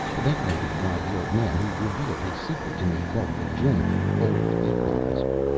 that may be why the old man who revealed his secret to me called the drink old equalizer.